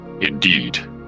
Indeed